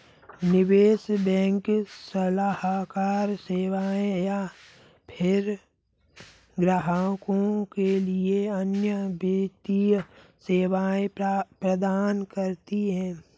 निवेश बैंक सलाहकार सेवाएँ या फ़िर ग्राहकों के लिए अन्य वित्तीय सेवाएँ प्रदान करती है